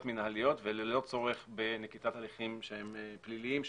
מנהליות וללא צורך בנקיטת הליכים פליליים,